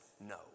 no